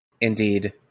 Indeed